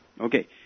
Okay